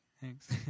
Thanks